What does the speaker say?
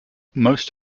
most